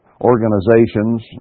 organizations